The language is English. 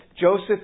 Joseph